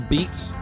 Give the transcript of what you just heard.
Beats